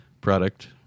product